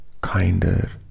kinder